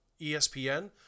ESPN